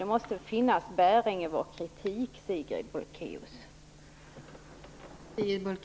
Det måste finnas bäring i vår kritik, Sigrid Bolkéus.